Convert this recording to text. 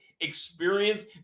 experience